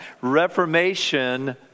Reformation